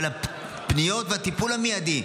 אלא על הפניות והטיפול המיידי.